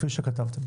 כפי שכתבתם,